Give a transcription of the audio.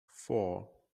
four